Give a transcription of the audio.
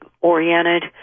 oriented